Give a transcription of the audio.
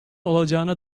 olacağına